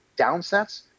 Downsets